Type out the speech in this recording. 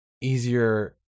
easier